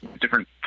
different